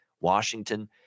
Washington